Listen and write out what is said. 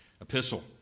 epistle